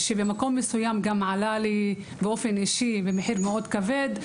שבמקום מסוים גם גבה ממני מחיר אישי מאוד כבד,